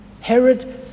Herod